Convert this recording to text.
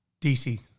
DC